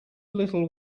little